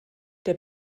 der